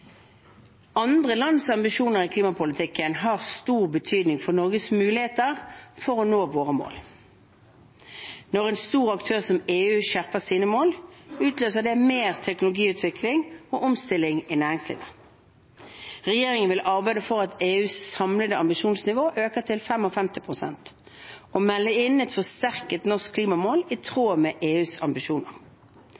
Andre lands ambisjoner i klimapolitikken har stor betydning for Norges muligheter for å nå våre mål. Når en stor aktør som EU skjerper sine mål, utløser det mer teknologiutvikling og omstilling i næringslivet. Regjeringen vil arbeide for at EUs samlede ambisjonsnivå øker til 55 pst., og melde inn et forsterket norsk klimamål i